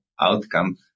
outcome